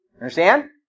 Understand